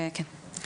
כן.